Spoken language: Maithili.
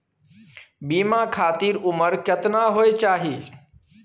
बीमा खातिर उमर केतना होय चाही?